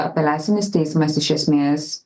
apeliacinis teismas iš esmės